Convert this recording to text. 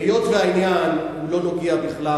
היות שהעניין הוא לא נוגע בכלל,